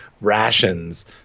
rations